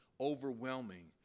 overwhelming